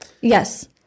Yes